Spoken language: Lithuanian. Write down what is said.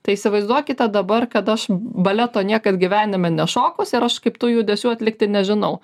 tai įsivaizduokite dabar kad aš baleto niekad gyvenime ne šokus ir aš kaip tu judesių atlikti nežinau